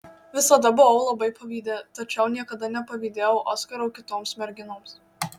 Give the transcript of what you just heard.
visada buvau labai pavydi tačiau niekada nepavydėjau oskaro kitoms merginoms